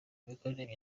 imikorere